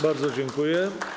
Bardzo dziękuję.